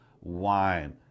wine